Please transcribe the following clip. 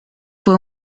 fue